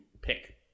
pick